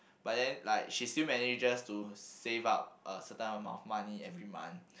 but then like she still manages to save up a certain amount money every month